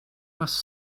must